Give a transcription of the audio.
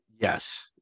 Yes